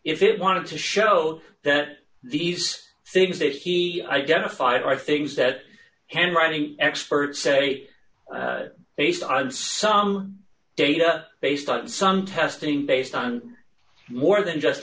it wanted to show that these things that he identified are things that handwriting experts say based on some data based on some testing based on more than just